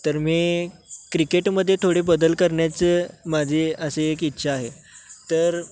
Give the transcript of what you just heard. तर मी क्रिकेटमध्ये थोडे बदल करण्याचं माझे असे एक इच्छा आहे तर